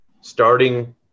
starting